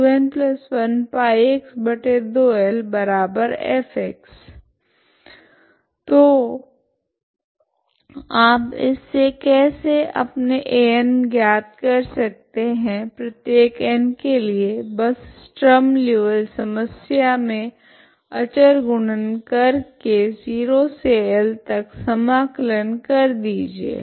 तो तो आप इस से कैसे अपने An ज्ञात कर सकते है प्रत्येक n के लिए बस स्ट्रीम लीऔविल्ले समस्या मे अचर गुणन कर के 0 से L तक समाकलन कर दीजिए